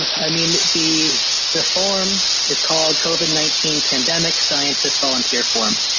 i mean, the the form is called covid nineteen pandemic scientist volunteer form.